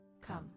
Come